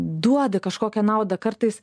duoda kažkokią naudą kartais